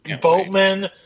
Boatman